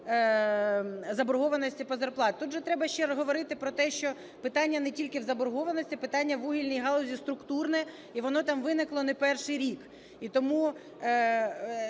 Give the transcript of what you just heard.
заборгованості по зарплаті. Тут же треба ще говорити про те, що питання не тільки в заборгованості, питання вугільній галузі структурне, і воно там виникло не перший рік. І тому,